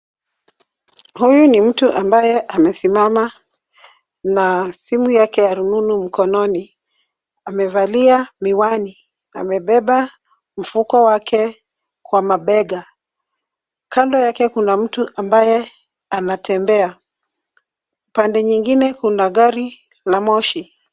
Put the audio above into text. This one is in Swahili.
Huyu ni mtu ambaye amesimama na simu yake ya rununu mkononi. Amevalia miwani. Amebeba mfuko wake kwa mabega. Kando yake kuna mtu ambaye anatembea. Pande nyingine kuna gari la moshi.